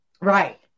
Right